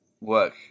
work